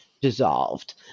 dissolved